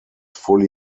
fully